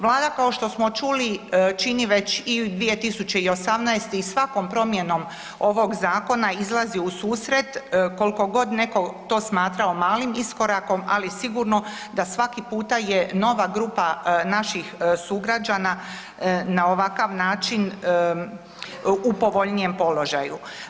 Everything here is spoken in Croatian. Vlada kao što smo čuli čini već i 2018. i svakom promjenom zakona izlazi u susret koliko god netko to smatrao malim iskorakom, ali sigurno da svaki puta je nova grupa naših sugrađana na ovakav način u povoljnijem položaju.